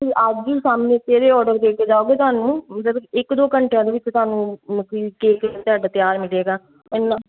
ਕਿ ਅੱਜ ਹੀ ਸਾਹਮਣੇ ਸਵੇਰੇ ਔਡਰ ਦੇ ਕੇ ਜਾਓਗੇ ਤੁਹਾਨੂੰ ਮਤਲਬ ਇੱਕ ਦੋ ਘੰਟਿਆਂ ਦੇ ਵਿੱਚ ਤੁਹਾਨੂੰ ਮਤਲਬ ਕੇਕ ਤੁਹਾਡਾ ਤਿਆਰ ਮਿਲੇਗਾ ਇੰਨਾ